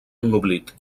ennoblit